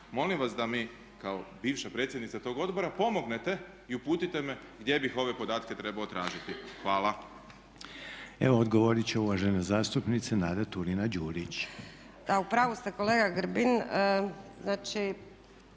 molim vas da mi kao bivša predsjednica tog odbora pomognete i uputite me gdje bih ove podatke trebao tražiti. Hvala. **Reiner, Željko (HDZ)** Evo odgovorit će uvažena zastupnica Nada Turina-Đurić. **Turina-Đurić, Nada